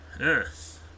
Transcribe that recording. yes